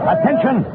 Attention